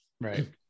Right